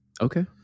Okay